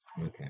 Okay